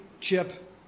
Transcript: Chip